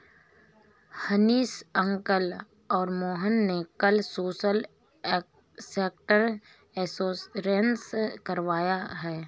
Hanish uncle और मोहन ने कल सोशल सेक्टर इंश्योरेंस करवाया है